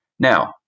Now